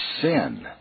sin